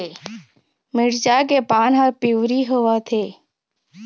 मिरचा के पान हर पिवरी होवथे?